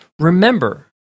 Remember